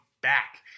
back